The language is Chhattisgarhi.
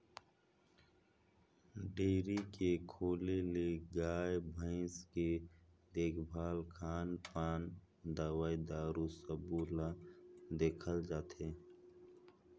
डेयरी के खोले ले गाय, भइसी के देखभाल, खान पान, दवई दारू सबो ल देखल जाथे